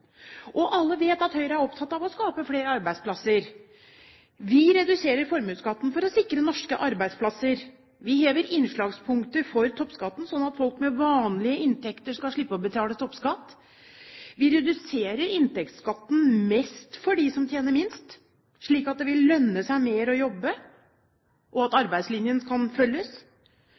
jobb. Alle vet at Høyre er opptatt av å skape flere arbeidsplasser. Vi reduserer formuesskatten for å sikre norske arbeidsplasser. Vi hever innslagspunktet for toppskatten, slik at folk med vanlige inntekter skal slippe å betale toppskatt. Vi reduserer inntektsskatten mest for dem som tjener minst, slik at det vil lønne seg mer å jobbe, og at arbeidslinjen kan følges.